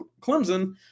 Clemson